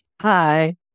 Hi